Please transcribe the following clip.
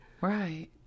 Right